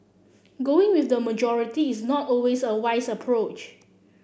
going with the majority is not always a wise approach